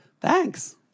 thanks